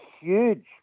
huge